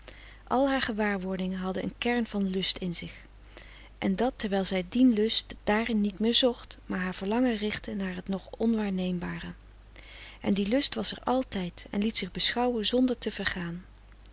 al haar gewaarwordingen hadden een kern van lust in zich en dat terwijl zij dien lust daarin niet meer zocht maar haar verlangen richtte naar het nog onwaarneembare en die lust was er altijd en liet zich beschouwen zonder te vergaan